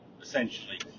essentially